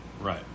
Right